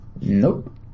Nope